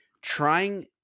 trying